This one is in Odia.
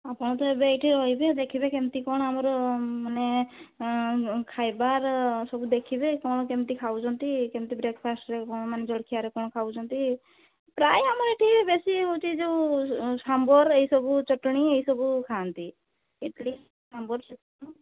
ଆପଣ ତ ଏବେ ଏଇଠି ରହିବେ ଦେଖିବେ କେମିତି କ'ଣ ଆମର ମାନେ ଖାଇବାର ସବୁ ଦେଖିବେ କ'ଣ କେମିତି ଖାଉଛନ୍ତି କେମିତି ବ୍ରେକଫାଷ୍ଟ୍ରେ କ'ଣ ମାନେ ଜଳଖିଆରେ କ'ଣ ଖାଉଛନ୍ତି ପ୍ରାୟ ଆମର ଏଠି ବେଶୀ ହେଉଛି ଯେଉଁ ଉଁ ସାମ୍ବର୍ ଏଇ ସବୁ ଚଟଣୀ ଏଇ ସବୁ ଖାଆନ୍ତି ଇଡ଼ିଲି ସାମ୍ବର୍ ଚଟଣୀ